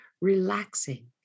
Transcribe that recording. relaxing